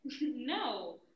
No